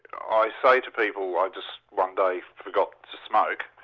i say to people i just one day forgot to smoke,